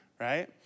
right